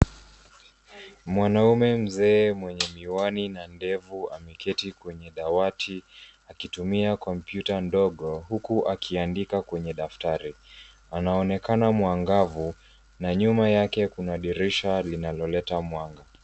Mwanaume mzee mwenye miwani na ndevu, ameketi kwenye dawati akitumia kompyuta ndogo huku akiandika kwenye daftari. Anaonekana mwangavu na nyuma yake kuna dirisha linaloleta mwanga.